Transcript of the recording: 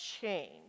change